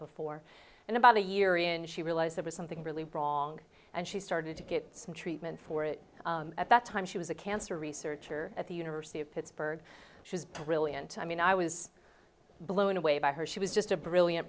before and about a year in she realized there was something really wrong and she started to get some treatment for it at that time she was a cancer researcher at the university of pittsburgh she was brilliant i mean i was blown away by her she was just a brilliant